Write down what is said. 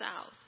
south